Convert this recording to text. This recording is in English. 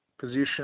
position